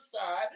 side